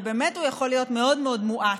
ובאמת הוא יכול להיות מאוד מאוד מועט?